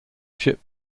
ship